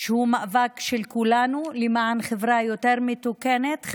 שהוא של כולנו למען חברה יותר מתוקנת,